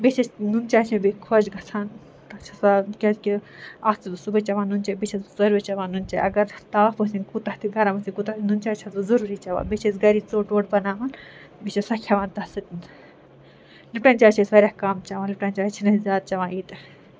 بیٚیہِ چھِ أسۍ نُنہٕ چاے چھِ مےٚ بیٚیہِ خۄش گژھان تَتھ چھِ آسان کیٛازِکہِ اَکھ چھَس بہٕ صُبحٲے چٮ۪وان نُنہٕ چاے بیٚیہِ چھَس بہٕ ژورِ بجہِ چٮ۪وان نُنہٕ چاے اگر تاپھ ٲسِنۍ کوٗتاہ تہِ گَرٕم ٲسِنۍ کوٗتاہ تہِ نُنہِ چاے چھَس بہٕ ضروٗری چٮ۪وان بیٚیہِ چھِ أسۍ گَرِچ ژوٚٹ ووٚٹ بناوان بہٕ چھَس سۄ کھٮ۪وان تتھ سۭتٮ۪ن لِپٹن چاے چھِ أسۍ وارِیاہ کَم چٮ۪وان لِپٹن چاے چھِنہٕ أسۍ زیادٕ چٮ۪وان ییٚتہِ